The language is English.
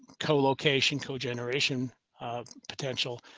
co, location, cogeneration potential,